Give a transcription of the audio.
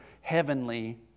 heavenly